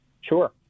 Sure